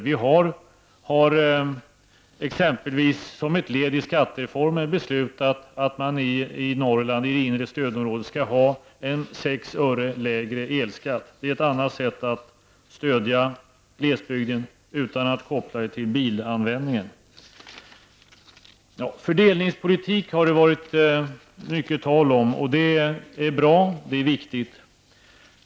Vi har exempelvis som ett led i skattereformen beslutat att man det inre stödområdet i Norrland skall ha en sex öre lägre elskatt. Det är ett annat sätt att stödja glesbygden, utan att koppla det till bilanvändningen. Fördelningspolitik har det varit mycket tal om. Det är bra, det är viktigt.